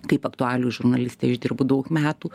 kaip aktualijų žurnalistė aš dirbu daug metų